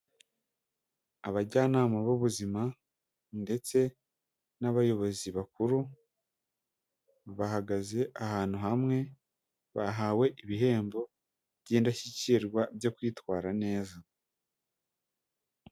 Abajyanama b'ubuzima ndetse n'abayobozi bakuru bahagaze ahantu hamwe, bahawe ibihembo by'indashyikirwa byo kwitwara neza.